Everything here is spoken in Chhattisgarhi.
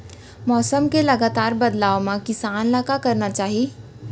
मौसम के लगातार बदलाव मा किसान ला का करना चाही?